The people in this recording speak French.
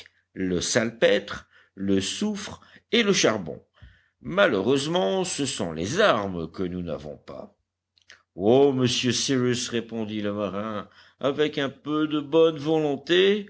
le salpêtre le soufre et le charbon malheureusement ce sont les armes que nous n'avons pas oh monsieur cyrus répondit le marin avec un peu de bonne volonté